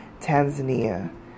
Tanzania